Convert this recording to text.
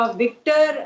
victor